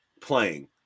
playing